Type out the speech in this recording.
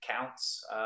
counts